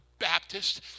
Baptist